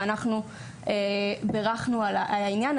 ואנחנו בירכנו על העניין.